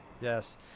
yes